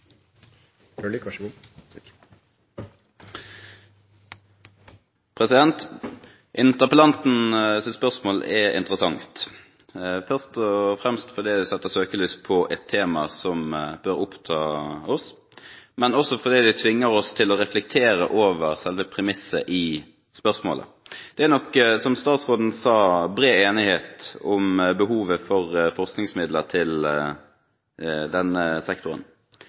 interessant først og fremst fordi det setter søkelys på et tema som bør oppta oss, men også fordi det tvinger oss til å reflektere over selve premisset i spørsmålet. Det er nok, som statsråden sa, bred enighet om behovet for forskningsmidler til denne sektoren,